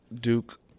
Duke